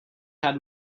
had